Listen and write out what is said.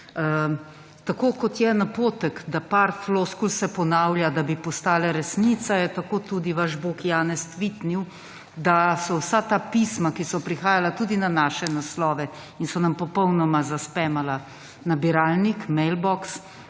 Tako kot je napotek, da par floskul se ponavlja, da bi postale resnica, je tako tudi vaš bog Janez tweetnil, da so vsa ta pisma, ki so prihajala tudi na naše naslove in so nam popolnoma zaspamala nabiralnik, mailbox,